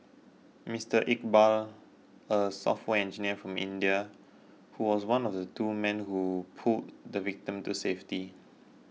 Mister Iqbal a software engineer from India who was one of the two men who pulled the victim to safety